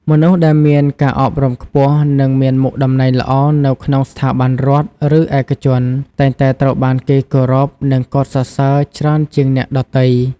មនុស្សដែលមានការអប់រំខ្ពស់និងមានមុខតំណែងល្អនៅក្នុងស្ថាប័នរដ្ឋឬឯកជនតែងតែត្រូវបានគេគោរពនិងកោតសរសើរច្រើនជាងអ្នកដទៃ។